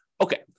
Okay